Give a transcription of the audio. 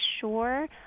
sure